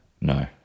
No